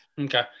Okay